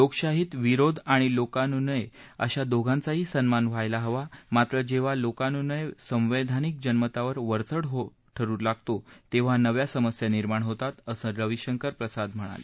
लोकशाहीत विरोध आणि लोकानुनय अशा दोघांचाही सन्मान करायला हवा मात्र जेव्हा लोकानुनय संवैधानिक जनमतावर वरचढ ठरू लागतो तेव्हा नव्या समस्या निर्माण होतात असं रविशंकर प्रसाद म्हणाले